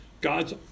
God's